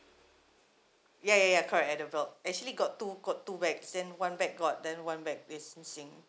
ya ya ya correct at the belt actually got two got two bag in one back got then one bag is missing